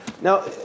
now